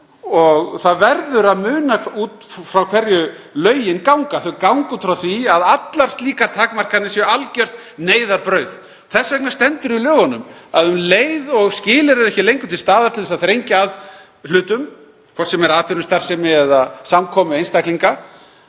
Það verður að muna út frá hverju lögin ganga. Þau ganga út frá því að allar slíkar takmarkanir séu algert neyðarbrauð. Þess vegna stendur í lögunum að um leið og skilyrði eru ekki lengur til staðar til að þrengja að hlutum, hvort sem er atvinnustarfsemi eða samkomu einstaklinga,